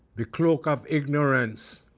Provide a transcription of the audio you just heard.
the cloak of ignorance